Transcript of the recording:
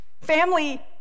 Family